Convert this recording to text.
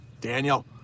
Daniel